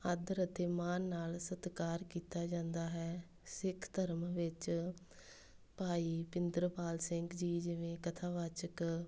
ਆਦਰ ਅਤੇ ਮਾਣ ਨਾਲ਼ ਸਤਿਕਾਰ ਕੀਤਾ ਜਾਂਦਾ ਹੈ ਸਿੱਖ ਧਰਮ ਵਿੱਚ ਭਾਈ ਪਿੰਦਰਪਾਲ ਸਿੰਘ ਜੀ ਜਿਵੇਂ ਕਥਾਵਾਚਕ